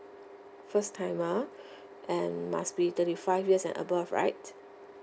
first timer and must be thirty five years and above right